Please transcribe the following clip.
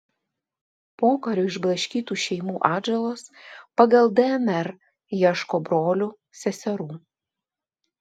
pokariu išblaškytų šeimų atžalos pagal dnr ieško brolių seserų